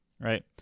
right